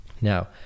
Now